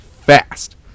fast